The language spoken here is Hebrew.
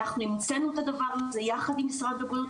אנחנו המצאנו את הדבר הזה יחד עם משרד הבריאות,